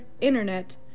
internet